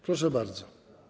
Proszę bardzo.